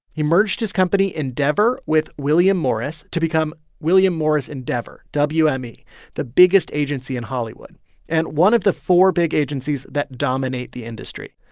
he merged his company endeavor with william morris to become william morris endeavor, wme, ah the biggest agency in hollywood and one of the four big agencies that dominate the industry.